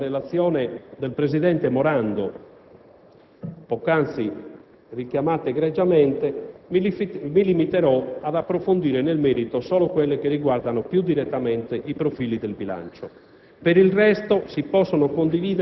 Riguardo alle questioni poste dalla relazione del presidente Morando, poc'anzi egregiamente richiamate, mi limiterò ad approfondire nel merito solo quelle che riguardano più direttamente i profili del bilancio.